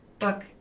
Look